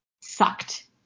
sucked